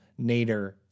Nader